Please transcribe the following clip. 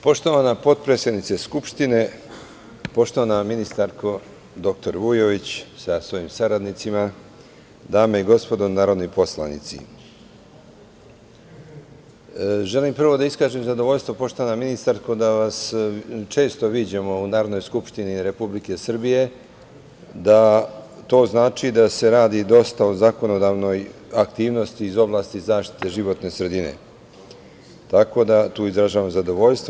Poštovana potpredsednice Skupštine, poštovana ministarko dr Vujović sa svojim saradnicima, dame i gospodo narodni poslanici, želim prvo da iskažem zadovoljstvo, poštovana ministarko, da vas često viđamo u Narodnoj skupštini Republike Srbije, što znači da se radi dosta u zakonodavnoj aktivnosti iz oblasti zaštite životne sredine, tako da tu izražavam zadovoljstvo.